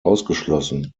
ausgeschlossen